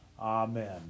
Amen